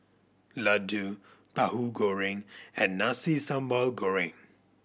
laddu Tahu Goreng and Nasi Sambal Goreng